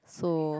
so